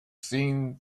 seen